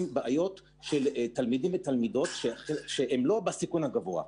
ובעיות של תלמידים ותלמידות שהם לא בסיכון גבוה.